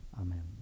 Amen